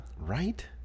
Right